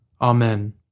Amen